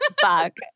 Fuck